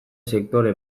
sektore